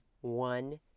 one